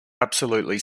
absolutely